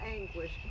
anguish